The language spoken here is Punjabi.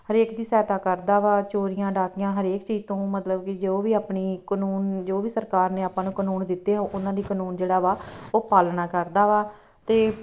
ਹਰੇਕ ਦੀ ਸਹਾਇਤਾ ਕਰਦਾ ਵਾ ਚੋਰੀਆਂ ਡਾਕਿਆਂ ਹਰੇਕ ਚੀਜ਼ ਤੋਂ ਮਤਲਬ ਕਿ ਜੋ ਵੀ ਆਪਣੀ ਕਾਨੂੰਨ ਜੋ ਵੀ ਸਰਕਾਰ ਨੇ ਆਪਾਂ ਨੂੰ ਕਾਨੂੰਨ ਦਿੱਤੇ ਆ ਉਨ੍ਹਾਂ ਦੀ ਕਾਨੂੰਨ ਜਿਹੜਾ ਵਾ ਉਹ ਪਾਲਣਾ ਕਰਦਾ ਵਾ ਅਤੇ